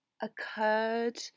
occurred